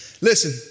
Listen